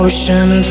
Ocean